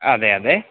അതെ അതെ